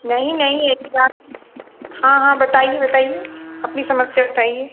नहीं नहीं ऐसी बात हाँ हाँ बताइए बताइए अपनी समस्या बताइए